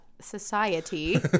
society